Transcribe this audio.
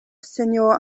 senior